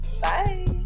bye